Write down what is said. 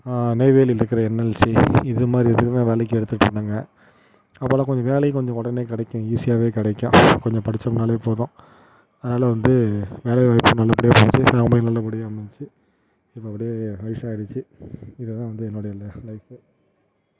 நெய்வேலியில் இருக்கிற என்எல்சி இதுமாதிரி இதெல்லாம் வேலைக்கு எடுத்திட்டுருந்தாங்க அப்போல்லாம் கொஞ்சம் வேலையும் கொஞ்சம் உடனே கிடைக்கும் ஈஸியாகவே கிடைக்கும் கொஞ்சம் படித்தோம்னாலே போதும் அதனால் வந்து வேலை வாய்ப்புகள் நல்லபடியாக அமைஞ்சிச்சி ஃபேமலியும் நல்லபடியாக அமைஞ்சிச்சி இப்போ அப்படியே வயசு ஆயிடுச்சு இது தான் என்னோடைய லைஃப்